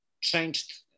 changed